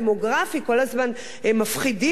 כל הזמן מפחידים אותנו,